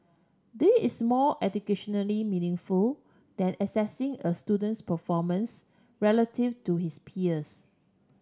this is more educationally meaningful than assessing a student's performance relative to his peers